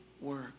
work